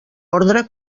ordre